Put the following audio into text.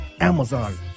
Amazon